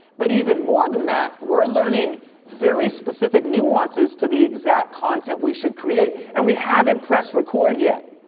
but even more than that, we're learning very specific nuances to the exact content we should create. and we haven't pressed record yet.